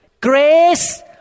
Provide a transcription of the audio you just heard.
Grace